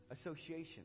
Association